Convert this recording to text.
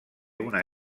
una